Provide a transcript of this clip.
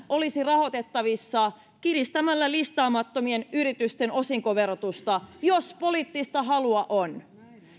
olisi rahoitettavissa kiristämällä listaamattomien yritysten osinkoverotusta jos poliittista halua on